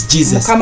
Jesus